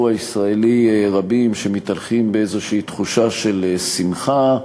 הישראלי רבים שמתהלכים באיזו תחושה של שמחה,